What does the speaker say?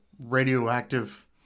radioactive